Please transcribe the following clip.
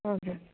हजुर